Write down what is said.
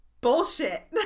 bullshit